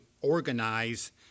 organize